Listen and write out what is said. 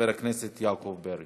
חבר הכנסת יעקב פרי.